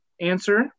answer